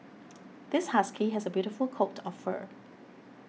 this husky has a beautiful coat of fur